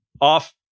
off